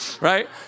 right